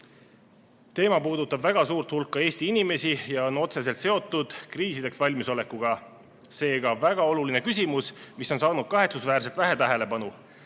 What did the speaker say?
Teema puudutab väga suurt hulka Eesti inimesi ja on otseselt seotud kriisideks valmisolekuga. Seega, väga oluline küsimus, mis on saanud kahetsusväärselt vähe tähelepanu.